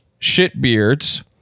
ShitBeards